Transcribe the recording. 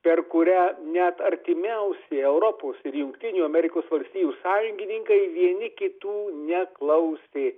per kurią net artimiausi europos ir jungtinių amerikos valstijų sąjungininkai vieni kitų neklausė